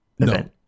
No